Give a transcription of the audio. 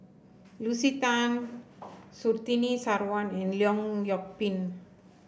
Lucy Tan Surtini Sarwan and Leong Yoon Pin